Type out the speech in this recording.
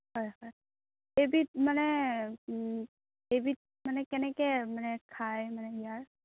হয় হয় এইবিধ মানে এইবিধ মানে কেনেকৈ মানে খাই মানে ইয়াৰ